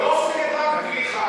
היא לא עוסקת רק בכלי אחד.